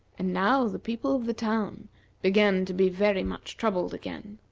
and now the people of the town began to be very much troubled again.